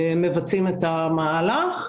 מבצעים את המהלך.